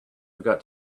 forgot